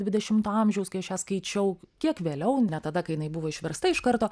dvidešimto amžiaus kai aš ją skaičiau kiek vėliau ne tada kai jinai buvo išversta iš karto